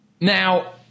Now